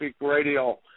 Radio